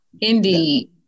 Indeed